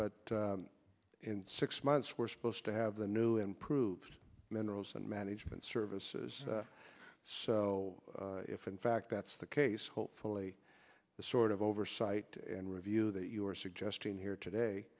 but in six months we're supposed to have the new improved minerals and management services so if in fact that's the case hopefully the sort of oversight and review that you are suggesting here today